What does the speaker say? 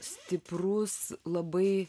stiprus labai